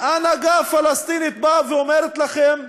ההנהגה הפלסטינית באה ואומרת לכם: